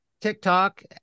TikTok